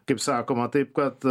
kaip sakoma taip kad